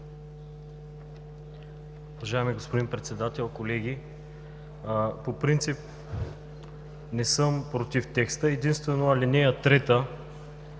добре.